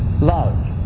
love